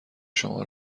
شما